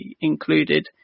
included